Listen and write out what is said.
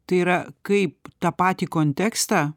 tai yra kaip tą patį kontekstą